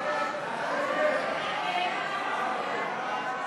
כדי לעזור במסלול של פתיחת עסק והתקדמות